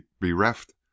bereft